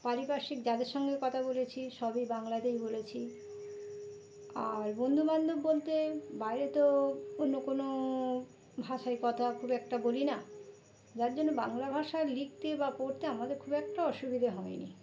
পারিপার্শ্বিক যাদের সঙ্গে কথা বলেছি সবই বাংলাতেই বলেছি আর বন্ধুবান্ধব বলতে বাইরে তো অন্য কোনো ভাষায় কথা খুব একটা বলি না যার জন্য বাংলা ভাষা লিখতে বা পড়তে আমাদের খুব একটা অসুবিধে হয়নি